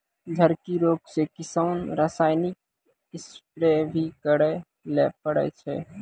झड़की रोग से किसान रासायनिक स्प्रेय भी करै ले पड़ै छै